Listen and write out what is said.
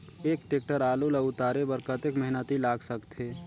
एक टेक्टर आलू ल उतारे बर कतेक मेहनती लाग सकथे?